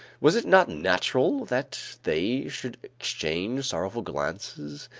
was it not natural that they should exchange sorrowful glances,